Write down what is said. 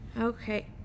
Okay